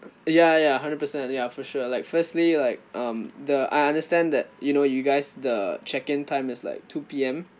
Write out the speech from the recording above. ya ya hundred percent ya for sure like firstly like um the I understand that you know you guys the check-in time is like two P_M